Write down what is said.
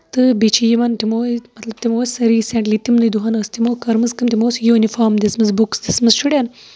تہٕ بیٚیہِ چھِ یِوان تِمو ٲسۍ مطلب تِمو ٲسۍ رِسینٹلی مطلب تِمنٕے دۄہَن ٲسۍ تِمو کٔرمٕژ کٲم تِمو ٲسۍ یوٗنِفارَم دِمٕژ بُکٕس دِژمٕژ شُرٮ۪ن